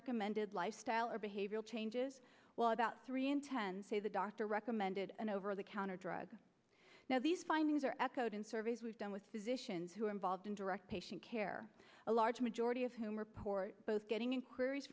recommended lifestyle or behavioral changes well about three in ten say the doctor recommended an over the counter drug now these findings are echoed in surveys we've done with physicians who are involved in direct patient care a large majority of whom report both getting inquiries